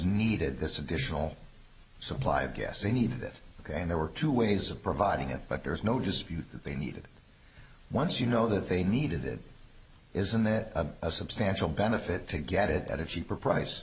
needed this additional supply of gas they needed it ok and there were two ways of providing it but there is no dispute that they needed once you know that they needed it isn't that a substantial benefit to get it at a cheaper price